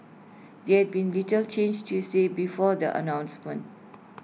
they had been little changed Tuesday before the announcements